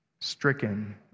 stricken